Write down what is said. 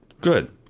Good